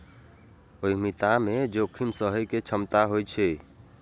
उद्यमिता मे जोखिम सहय के क्षमता होइ छै